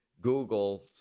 Google